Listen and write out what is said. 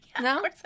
No